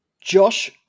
Josh